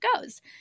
goes